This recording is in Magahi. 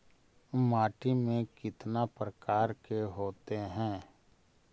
माटी में कितना प्रकार के होते हैं?